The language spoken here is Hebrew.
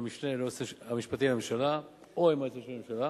עם המשנה ליועץ המשפטי לממשלה או עם היועץ המשפטי לממשלה.